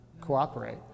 cooperate